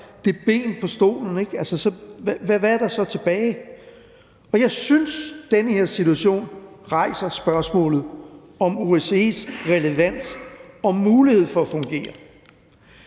det ben på stolen, hvad er der så tilbage? Jeg synes, at den her situation rejser spørgsmålet om OSCE's relevans og mulighed for at fungere.